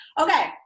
Okay